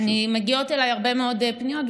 מגיעות אליי הרבה מאוד פניות,